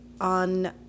on